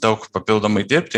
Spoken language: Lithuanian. daug papildomai dirbti